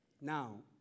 now